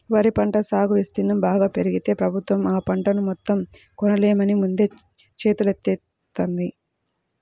వరి పంట సాగు విస్తీర్ణం బాగా పెరిగితే ప్రభుత్వం ఆ పంటను మొత్తం కొనలేమని ముందే చేతులెత్తేత్తంది